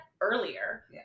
earlier